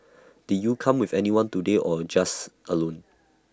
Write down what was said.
did you come with anyone today or you're just alone